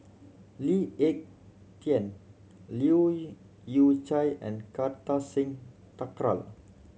Lee Ek Tieng Leu Yew Chye and Kartar Singh Thakral